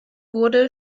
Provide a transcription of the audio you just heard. wurde